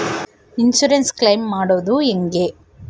Insurance claim ಮಾಡದು ಹೆಂಗೆ?